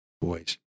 boy's